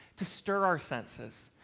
to stir our senses,